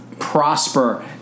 Prosper